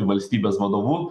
valstybės vadovu